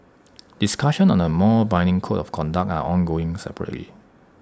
discussions on A more binding code of conduct are ongoing separately